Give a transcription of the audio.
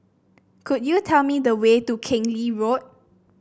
could you tell me the way to Keng Lee Road